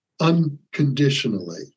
unconditionally